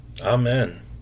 Amen